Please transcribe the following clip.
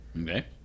Okay